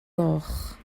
goch